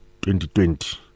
2020